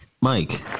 Mike